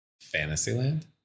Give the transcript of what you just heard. Fantasyland